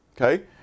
okay